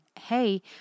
hey